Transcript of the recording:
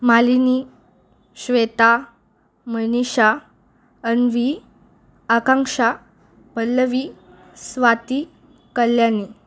Malini Shweta Manisha Anvi Akanksha Pallavi Swati Kalyani